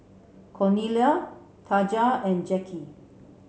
Cornelia Taja and Jacki